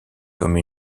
comme